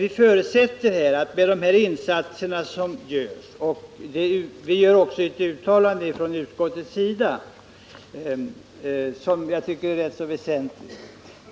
Vi förutsätter i utskottet att de insatser som görs är väl avvägda och gör också ett uttalande som jag tycker är rätt väsentligt.